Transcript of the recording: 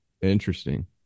Interesting